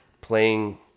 playing